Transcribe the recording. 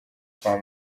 kwa